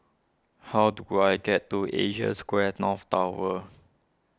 how do I get to Asia Square North Tower